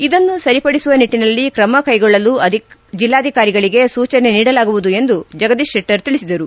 ಇದನ್ನು ಸರಿಪಡಿಸುವ ನಿಟ್ಟನಲ್ಲಿ ತ್ರಮ ಕೈಗೊಳ್ಳಲು ಜಿಲ್ಲಾಧಿಕಾರಿಗಳಿಗೆ ಸೂಚನೆ ನೀಡಲಾಗುವುದು ಎಂದು ಜಗದೀಶ್ ಶೆಟ್ಟರ್ ತಿಳಿಸಿದರು